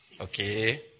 Okay